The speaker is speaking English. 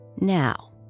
Now